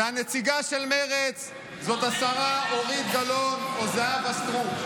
והנציגה של מרצ היא השרה אורית גלאון או זהבה סטרוק.